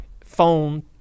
phone